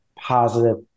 positive